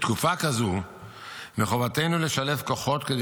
בתקופה כזו מחובתנו לשלב כוחות כדי